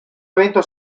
evento